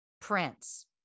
Prince